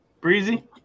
Breezy